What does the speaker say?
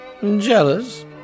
Jealous